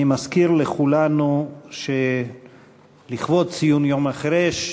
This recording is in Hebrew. אני מזכיר לכולנו שלכבוד ציון יום החירש,